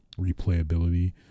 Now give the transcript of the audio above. replayability